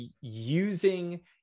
using